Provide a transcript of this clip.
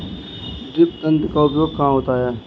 Drip तंत्र का उपयोग कहाँ होता है?